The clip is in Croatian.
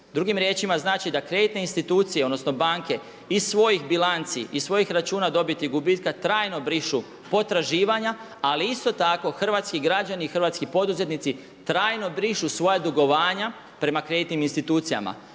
Drugim riječima znači da kreditne institucije, odnosno banke iz svojih bilanci, iz svojih računa dobiti i gubitka trajno brišu potraživanja ali isto tako hrvatski građani, hrvatski poduzetnici trajno brišu svoja dugovanja prema kreditnim institucijama.